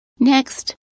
Next